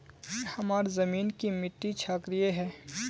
हमार जमीन की मिट्टी क्षारीय है?